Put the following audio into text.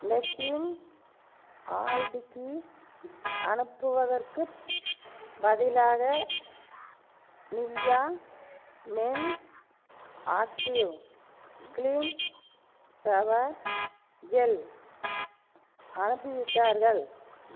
McCain all tikki அனுப்புவதற்குப் பதிலாக Nivea men active clean shower gel அனுப்பிவிட்டார்கள்